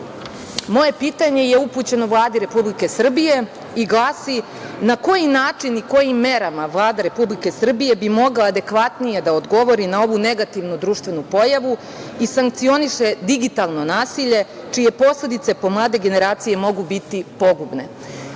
pitanje je upućeno Vladi Republike Srbije i glasi – na koji način i kojim merama Vlad Republike Srbije bi mogla adekvatnije da odgovori na ovu negativnu društvenu pojavu i sankcioniše digitalno nasilje, čije posledice po mlade generacije mogu biti pogubne? Pre